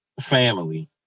family